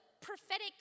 prophetic